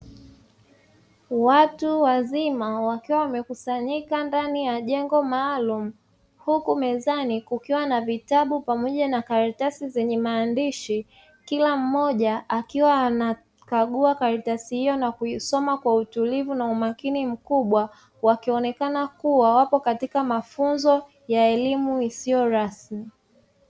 Watu wazima wakiwa wamekusanyika ndani ya jengo maalumu, huku mezani kukiwa na vitabu pamoja na karatasi zenye maandishi; kila mmoja akiwa anakagua karatasi hiyo na kuisoma kwa utulivu na umakini mkubwa, wakionekana kuwa wapo katika mafunzo ya elimu isiyo rasmi.